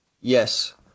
Yes